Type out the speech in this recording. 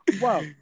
wow